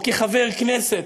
או כחבר כנסת,